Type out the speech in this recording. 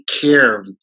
care